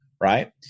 right